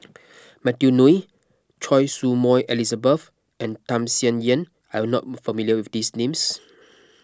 Matthew Ngui Choy Su Moi Elizabeth and Tham Sien Yen are you not familiar with these names